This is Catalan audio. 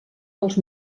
dels